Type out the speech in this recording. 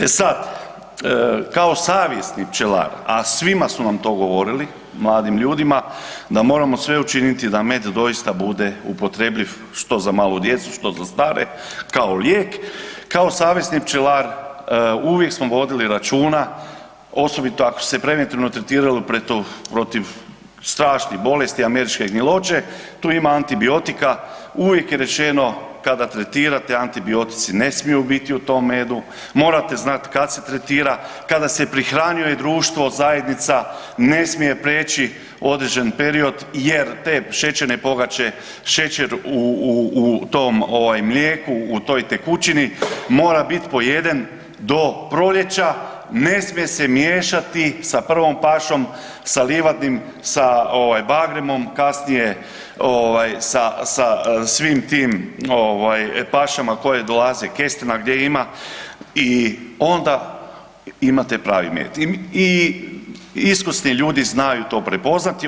E sad, kao savjesni pčelar, a svima su nam to govorili mladim ljudima da moramo sve učiniti da med doista bude upotrebljiv, što za malu djecu, što za stare kao lijek, kao savjesni pčelar uvijek smo vodili računa, osobito ako se preventivno tretiralo protiv strašnih bolesti američke gnjiloće, tu ima antibiotika, uvijek je rečeno kada tretirate antibiotici ne smiju biti u tom medu, morate znat kad se tretira, kada se prihranjuje društvo, zajednica ne smije prijeći određen period jer te šećerne pogače, šećer u, u, u tom ovaj mlijeku, u toj tekućini mora bit pojeden do proljeća, ne smije se miješati sa prvom pašom sa livadnim, sa ovaj bagremom, kasnije ovaj sa, sa svim tim ovaj pašama koje dolaze kestena gdje ima i onda imate pravi med i iskusni ljudi znaju to prepoznati.